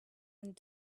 and